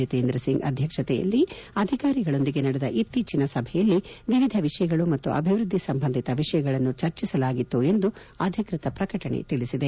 ಜಿತೇಂದ್ರ ಸಿಂಗ್ ಅಧ್ಯಕ್ಷತೆಯಲ್ಲಿ ಅಧಿಕಾರಿಗಳೊಂದಿಗೆ ನಡೆದ ಇತ್ತೀಚಿನ ಸಭೆಯಲ್ಲಿ ವಿವಿಧ ವಿಷಯಗಳು ಮತ್ತು ಅಭಿವೃದ್ಧಿ ಸಂಬಂಧಿತ ವಿಷಯಗಳನ್ನು ಚರ್ಚಿಸಲಾಗಿತ್ತು ಎಂದು ಅಧಿಕೃತ ಪ್ರಕಟಣೆ ಹೇಳಿದೆ